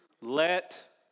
Let